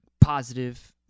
positive